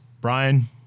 Brian